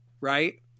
right